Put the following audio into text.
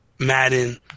Madden